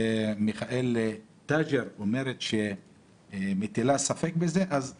ומיכל תג'ר אומרת שהיא מטילה ספק בזה, אז אני,